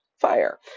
fire